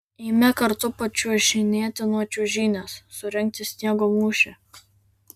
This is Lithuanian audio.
eime kartu pačiuožinėti nuo čiuožynės surengti sniego mūšį